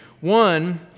One